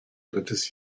drittes